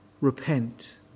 Repent